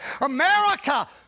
America